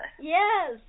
Yes